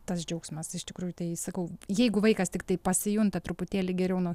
tas džiaugsmas iš tikrųjų tai sakau jeigu vaikas tiktai pasijunta truputėlį geriau nuo